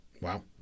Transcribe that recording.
Wow